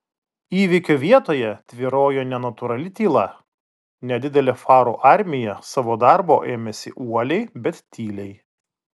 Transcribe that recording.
įvykio vietoje tvyrojo nenatūrali tyla nedidelė farų armija savo darbo ėmėsi uoliai bet tyliai